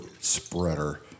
spreader